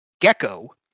gecko